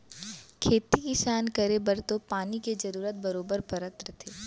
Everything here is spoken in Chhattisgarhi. खेती किसान करे बर तो पानी के जरूरत बरोबर परते रथे